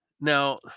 Now